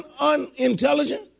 unintelligent